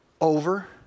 Over